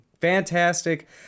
fantastic